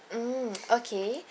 mm okay